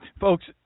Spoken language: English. Folks